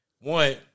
one –